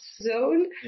zone